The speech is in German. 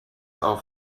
auf